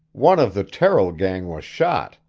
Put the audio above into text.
one of the terrill gang was shot.